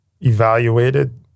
evaluated